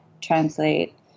translate